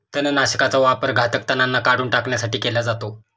तणनाशकाचा वापर घातक तणांना काढून टाकण्यासाठी केला जातो